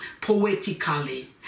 poetically